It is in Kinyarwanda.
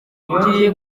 ngiye